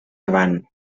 avant